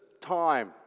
time